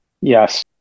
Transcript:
Yes